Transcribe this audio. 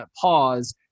pause